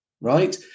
right